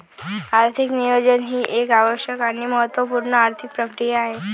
आर्थिक नियोजन ही एक आवश्यक आणि महत्त्व पूर्ण आर्थिक प्रक्रिया आहे